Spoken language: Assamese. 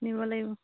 নিব লাগিব